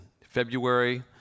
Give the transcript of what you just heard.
February